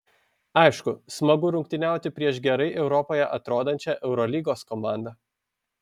aišku smagu rungtyniauti prieš gerai europoje atrodančią eurolygos komandą